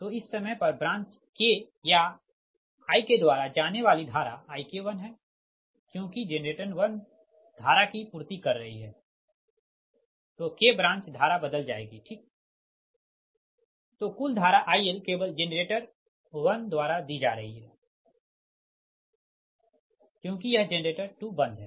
तो इस समय पर ब्रांच k या i के द्वारा जाने वाली धारा IK1 है क्योंकि जेनरेटर 1 धारा की पूर्ति कर रही है तो K ब्रांच धारा बदल जाएगी ठीक तो कुल धारा IL केवल जेनरेटर 1 द्वारा दी जा रही है तो यह जेनरेटर 2 बंद है